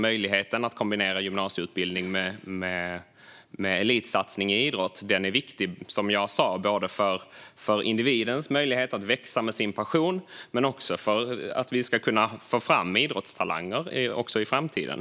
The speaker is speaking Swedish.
Möjligheten att kombinera gymnasieutbildning med elitsatsning på idrott är viktig, som jag sa, både för individens möjlighet att växa med sin passion och för att vi ska kunna få fram idrottstalanger också i framtiden.